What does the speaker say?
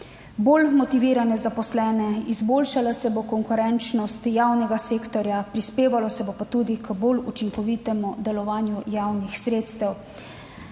bolj motivirane zaposlene, izboljšala se bo konkurenčnost javnega sektorja, prispevalo se bo pa tudi k bolj učinkovitemu delovanju javnih sredstev.